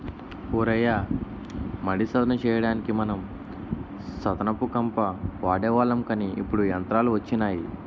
ఓ రయ్య మడి సదును చెయ్యడానికి మనం సదును కంప వాడేవాళ్ళం కానీ ఇప్పుడు యంత్రాలు వచ్చినాయి